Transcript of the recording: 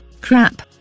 crap